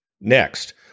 Next